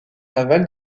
aval